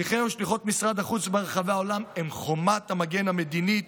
שליחי ושליחות משרד החוץ ברחבי העולם הם חומת המגן המדינית,